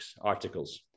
articles